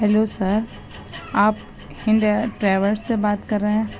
hello sir آپ ہند ٹریور سے بات کر رہے ہیں